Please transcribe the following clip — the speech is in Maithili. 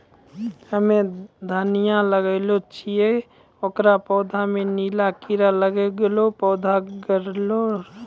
हम्मे धनिया लगैलो छियै ओकर पौधा मे नीला कीड़ा लागी गैलै पौधा गैलरहल छै?